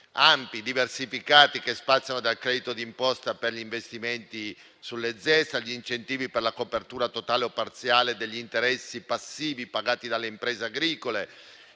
ampi e diversificati che spaziano dal credito d'imposta per gli investimenti sulle ZES agli incentivi per la copertura totale o parziale degli interessi passivi pagati dalle imprese agricole